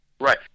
Right